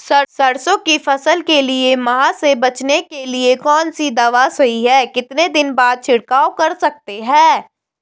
सरसों की फसल के लिए माह से बचने के लिए कौन सी दवा सही है कितने दिन बाद छिड़काव कर सकते हैं?